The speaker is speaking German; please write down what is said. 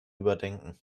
überdenken